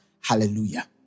Hallelujah